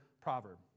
proverb